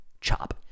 CHOP